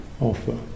offer